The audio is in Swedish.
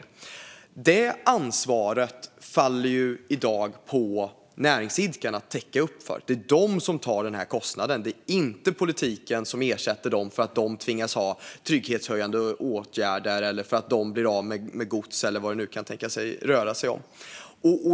Ansvaret för att täcka upp detta faller i dag på näringsidkarna. Det är de som tar den här kostnaden. Det är inte politiken som ersätter dem för att de tvingas ha trygghetshöjande åtgärder, blir av med gods eller vad det nu kan tänkas röra sig om.